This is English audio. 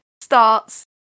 starts